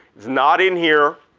it's not in here,